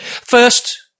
first